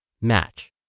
match